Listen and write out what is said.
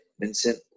Vincent